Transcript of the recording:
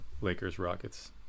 Lakers-Rockets